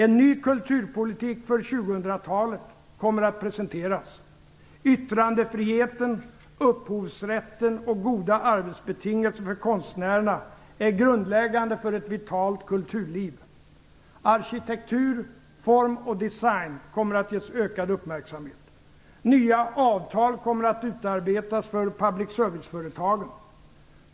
En ny kulturpolitik för 2000-talet kommer att presenteras. Yttrandefriheten, upphovsrätten och goda arbetsbetingelser för konstnärerna är grundläggande för ett vitalt kulturliv. Arkitektur, form och design kommer att ges ökad uppmärksamhet. Nya avtal kommer att utarbetas för publicservice-företagen.